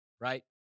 right